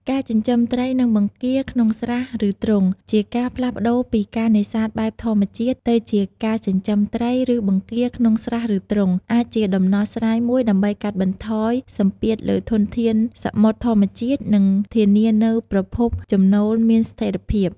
ការចិញ្ចឹមត្រី និងបង្គាក្នុងស្រះឬទ្រុង ជាការផ្លាស់ប្តូរពីការនេសាទបែបធម្មជាតិទៅជាការចិញ្ចឹមត្រី ឬបង្គាក្នុងស្រះឬទ្រុង អាចជាដំណោះស្រាយមួយដើម្បីកាត់បន្ថយសម្ពាធលើធនធានសមុទ្រធម្មជាតិ និងធានានូវប្រភពចំណូលមានស្ថេរភាព។